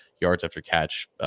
yards-after-catch